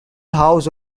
housed